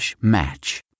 match